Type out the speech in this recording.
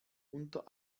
unter